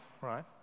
right